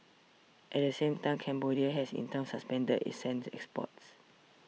at the same time Cambodia has in turn suspended its sand exports